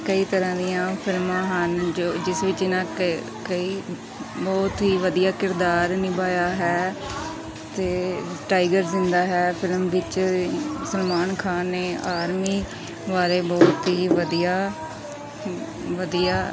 ਕਈ ਤਰ੍ਹਾਂ ਦੀਆਂ ਫਿਲਮਾਂ ਹਨ ਜੋ ਜਿਸ ਵਿੱਚ ਇਹਨਾਂ ਅਤੇ ਕ ਕਈ ਬਹੁਤ ਹੀ ਵਧੀਆ ਕਿਰਦਾਰ ਨਿਭਾਇਆ ਹੈ ਅਤੇ ਟਾਈਗਰ ਜਿੰਦਾ ਹੈ ਫਿਲਮ ਵਿੱਚ ਸਨਮਾਨ ਖਾਨ ਨੇ ਆਰਮੀ ਵਾਲੇ ਬਹੁਤ ਹੀ ਵਧੀਆ ਵਧੀਆ